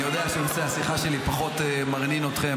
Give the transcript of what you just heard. אני יודע שנושא השיחה שלי פחות מרנין אתכם,